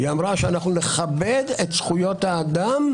היא אמרה שאנחנו נכבד את זכויות האדם,